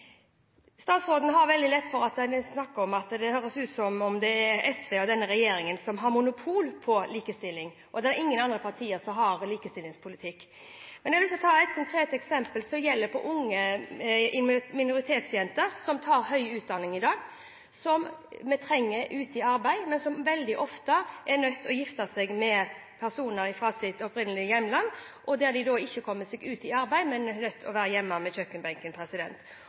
Statsråden har veldig lett for å snakke om at det er SV og denne regjeringen som har monopol på likestilling, og at det ikke er noen andre partier som har likestillingspolitikk. Men jeg har lyst til å komme med et konkret eksempel. Det gjelder minoritetsjenter som i dag tar høyere utdanning, og som vi trenger ute i arbeidslivet, men som veldig ofte er nødt til å gifte seg med personer fra sitt opprinnelige hjemland, og derfor ikke kommer seg ut i arbeid, men er nødt til å være hjemme ved kjøkkenbenken.